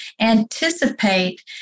anticipate